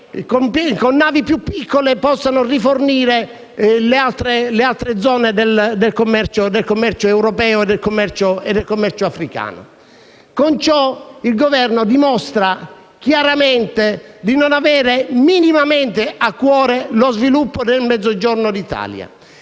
con navi più piccole possano rifornire le altre zone del commercio europeo e africano. Con ciò il Governo dimostra chiaramente di non avere minimamente a cuore lo sviluppo del Mezzogiorno d'Italia.